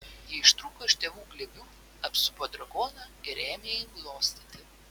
jie ištrūko iš tėvų glėbių apsupo drakoną ir ėmė jį glostyti